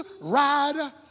ride